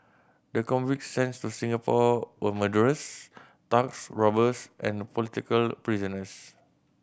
the convicts sense to Singapore were murderers thugs robbers and political prisoners